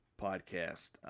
podcast